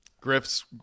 Griff's